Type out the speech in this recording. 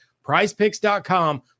Prizepicks.com